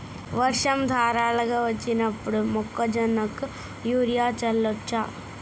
వర్షం ధారలుగా వచ్చినప్పుడు మొక్కజొన్న కు యూరియా చల్లచ్చా?